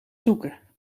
zoeken